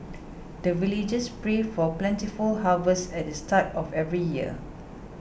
the villagers pray for plentiful harvest at the start of every year